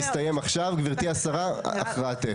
גברתי השרה, הכרעתך.